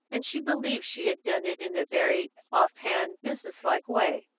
and she believed she had done it in a very off-hand, business-like way.